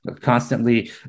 constantly